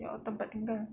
your tempat tinggal